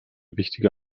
wichtige